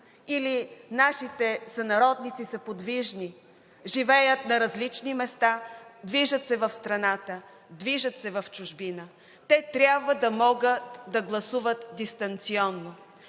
и нашите сънародници са подвижни – живеят на различни места, движат се в страната, движат се в чужбина. Те трябва да могат да гласуват дистанционно.